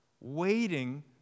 waiting